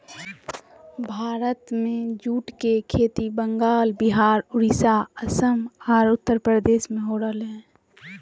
भारत में जूट के खेती बंगाल, विहार, उड़ीसा, असम आर उत्तरप्रदेश में हो रहल हई